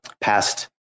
past